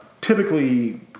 typically